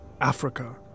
Africa